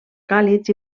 càlids